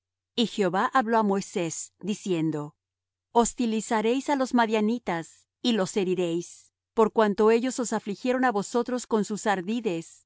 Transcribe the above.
y jehová habló á moisés diciendo hostilizaréis á los madianitas y los heriréis por cuanto ellos os afligieron á vosotros con sus ardides con